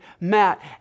Matt